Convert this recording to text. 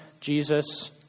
Jesus